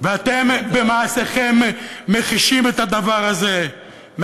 ואתם במעשיכם מחישים את הדבר הזה,